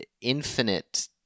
infinite